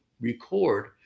record